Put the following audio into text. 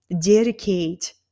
dedicate